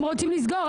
הם רוצים לסגור.